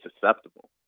susceptible